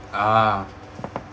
ah